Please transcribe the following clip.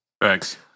Thanks